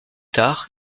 tard